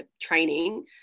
training